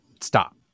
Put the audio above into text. stop